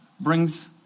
brings